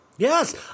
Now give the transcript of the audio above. Yes